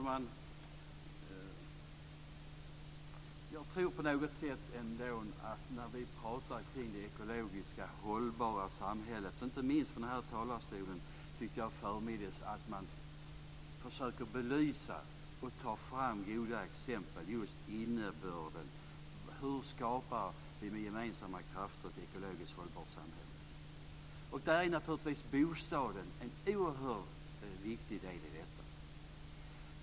Fru talman! När man pratar om det ekologiskt hållbara samhället, inte minst från den här talarstolen, tycker jag nog ändå framdeles att man ska försöka belysa och ta fram goda exempel när det gäller just innebörden. Hur skapar vi med gemensamma krafter ett ekologiskt hållbart samhälle? Där är naturligtvis bostaden en oerhört viktig del.